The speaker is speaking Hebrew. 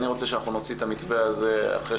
אני רוצה שאנחנו נוציא את המתווה הזה אחרי